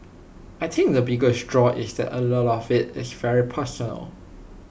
I think the biggest draw is that A lot of IT is very personal